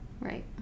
right